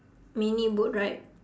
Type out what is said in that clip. mini boat ride